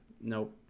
Nope